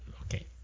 okay